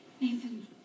Nathan